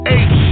Eight